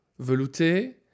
velouté